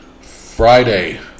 Friday